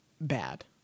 bad